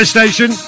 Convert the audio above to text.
Station